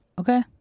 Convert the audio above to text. Okay